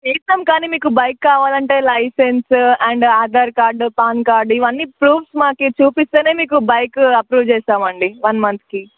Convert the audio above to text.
వేస్తాం కానీ మీకు బైక్ కావాలి అంటే licence and Aadhaar card PAN card ఇవ్వన్ని ప్రూఫ్స్ మాకి చూపిస్తే మీకు బైక్ అప్రూల్ చేస్తాం అండి వన్ మంత్కి